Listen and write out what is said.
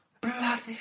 Bloody